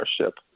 ownership